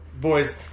boys